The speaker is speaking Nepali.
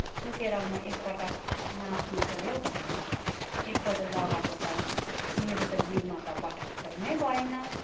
सुकेर म एक पटक नाप्नु पऱ्यो भनेर एक पल्ट लगाएको त मेरो त जिउमा त पटक्कै नै भएन